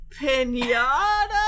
pinata